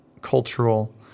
cultural